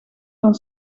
van